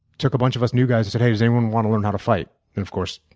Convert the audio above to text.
took a bunch of us new guys and said hey, does anyone want to learn how to fight? and of course,